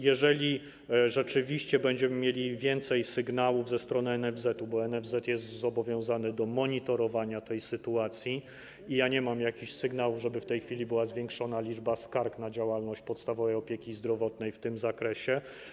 Jeżeli rzeczywiście będziemy mieli więcej sygnałów ze strony NFZ-etu, bo NFZ jest zobowiązany do monitorowania tej sytuacji, a nie mam jakichś sygnałów, żeby w tej chwili była zwiększona liczba skarg na działalność podstawowej opieki zdrowotnej w tym zakresie.